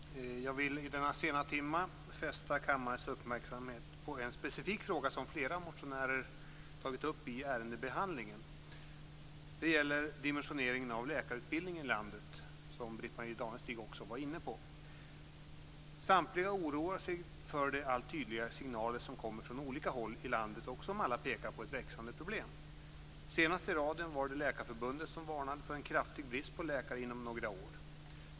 Fru talman! Jag vill i denna sena timme fästa kammarens uppmärksamhet på en specifik fråga, som flera motionärer tagit upp i ärendebehandlingen. Det gäller dimensioneringen av läkarutbildningen i landet, som Britt-Marie Danestig också var inne på. Samtliga oroar sig för de allt tydligare signaler som kommer från olika håll i landet och som alla pekar på ett växande problem. Senast i raden var det Läkarförbundet som varnade för en kraftig brist på läkare inom några år.